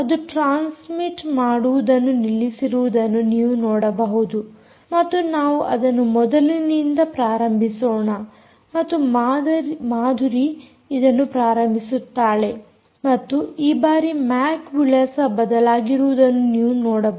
ಅದು ಟ್ರಾನ್ಸ್ಮಿಟ್ ಮಾಡುವುದನ್ನು ನಿಲ್ಲಿಸಿರುವುದನ್ನು ನೀವು ನೋಡಬಹುದು ಮತ್ತು ನಾವು ಅದನ್ನು ಮೊದಲಿನಿಂದ ಪ್ರಾರಂಭಿಸೋಣ ಮತ್ತು ಮಾಧುರಿ ಇದನ್ನು ಪ್ರಾರಂಭಿಸುತ್ತಾಳೆ ಮತ್ತು ಈ ಬಾರಿ ಮ್ಯಾಕ್ ವಿಳಾಸ ಬದಲಾಗಿರುವುದನ್ನು ನೀವು ನೋಡಬಹುದು